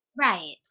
Right